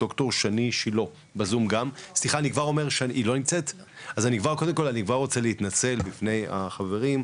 אני כבר רוצה להתנצל בפני החברים,